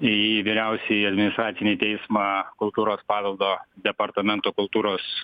į vyriausiąjį administracinį teismą kultūros paveldo departamento kultūros